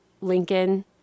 Lincoln